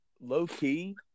low-key